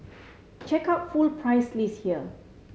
check out full price list here